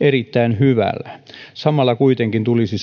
erittäin hyvänä samalla kuitenkin tulisi